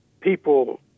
people